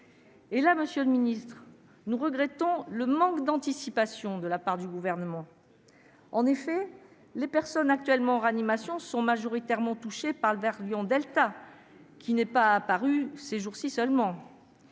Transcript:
égard, monsieur le ministre, nous regrettons le manque d'anticipation de la part du Gouvernement. En effet, les personnes actuellement en réanimation sont majoritairement touchées par le variant delta, qui n'est pas apparu ces jours-ci. Le texte